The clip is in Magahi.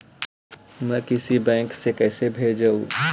मैं किसी बैंक से कैसे भेजेऊ